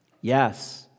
Yes